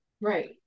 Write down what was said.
Right